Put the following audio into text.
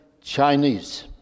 Chinese